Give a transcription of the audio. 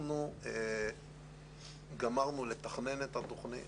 אנחנו סיימנו את תכנון התוכנית,